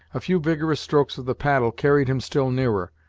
a few vigorous strokes of the paddle carried him still nearer,